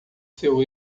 seu